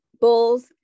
bulls